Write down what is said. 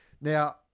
Now